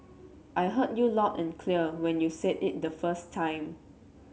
I heard you loud and clear when you said it the first time